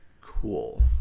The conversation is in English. Cool